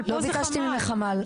לא ביקשתי ממך חמ"ל.